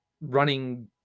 running